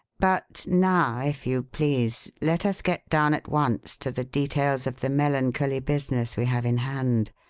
but now, if you please, let us get down at once to the details of the melancholy business we have in hand.